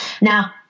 now